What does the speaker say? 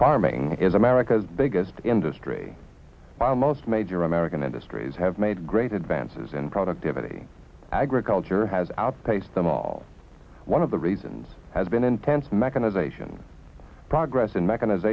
farming is america's biggest industry by most major american industries have made great advances in productivity agriculture has outpaced them all one of the reasons has been intense mechanization progress in mechani